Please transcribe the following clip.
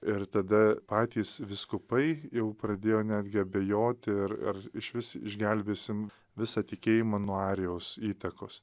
ir tada patys vyskupai jau pradėjo netgi abejoti ir ar išvis išgelbėsim visą tikėjimą nuo arijaus įtakos